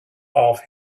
off